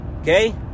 okay